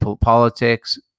politics